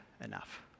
enough